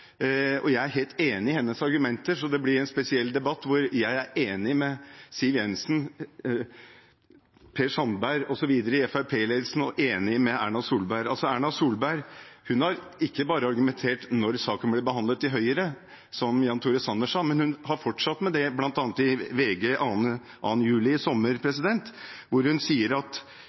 det. Jeg er helt enig i hennes argumenter, så det blir en spesiell debatt, der jeg er enig med Siv Jensen, Per Sandberg osv. i Fremskrittsparti-ledelsen og også enig med Erna Solberg. Erna Solberg har ikke bare argumentert for dette da saken ble behandlet i Høyre, som Jan Tore Sanner sa, hun har fortsatt med det, bl.a. i VG 2. juli i sommer, der hun sier at